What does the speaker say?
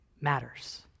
matters